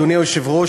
אדוני היושב-ראש,